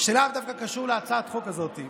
שלאו דווקא קשורות להצעת החוק הזאת,